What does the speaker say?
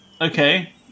Okay